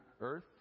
earth